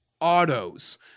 autos